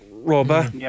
Robber